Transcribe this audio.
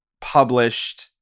published